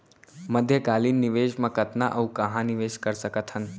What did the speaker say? मध्यकालीन निवेश म कतना अऊ कहाँ निवेश कर सकत हन?